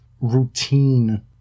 routine